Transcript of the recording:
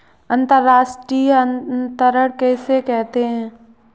अंतर्राष्ट्रीय अंतरण किसे कहते हैं?